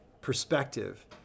perspective